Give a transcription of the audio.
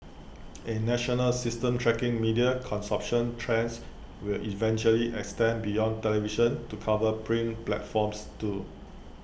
A national system tracking media consumption trends will eventually extend beyond television to cover print platforms too